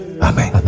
Amen